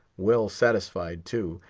well satisfied, too,